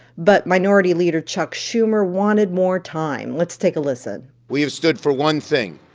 but minority leader chuck schumer wanted more time. let's take a listen we have stood for one thing.